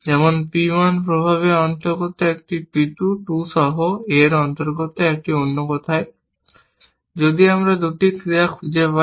যেমন P 1 প্রভাবের অন্তর্গত একটি P 2 2 সহ a এর অন্তর্গত এবং অন্য কথায় যদি আমরা 2টি ক্রিয়া খুঁজে পাই